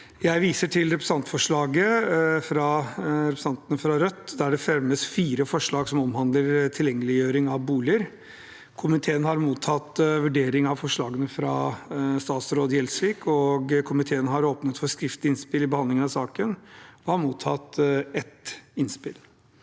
Jeg viser til representantforslaget fra representantene fra Rødt, der det fremmes fire forslag som omhandler tilgjengeliggjøring av boliger. Komiteen har mottatt vurdering av forslagene fra statsråd Gjelsvik, og komiteen har åpnet for skriftlige innspill i behandlingen og mottatt ett innspill.